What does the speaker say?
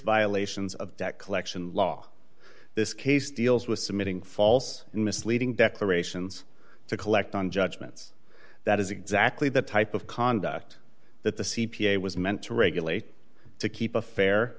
violations of debt collection law this case deals with submitting false and misleading declarations to collect on judgments that is exactly the type of conduct that the c p a was meant to regulate to keep a fair